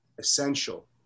essential